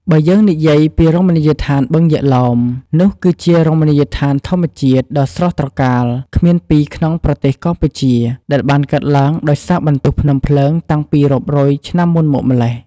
បើយើងនិយាយពីរមណីយដ្ឋានបឹងយក្សឡោមនោះគឺជារមណីយដ្ឋានធម្មជាតិ ដ៏ស្រស់ត្រកាលគ្មានពីរក្នុងប្រទេសកម្ពុជាដែលបានកើតឡើងដោយសារបន្ទុះភ្នំភ្លើងតាំងពីរាប់រយឆ្នាំមុនមកម៉េ្លះ។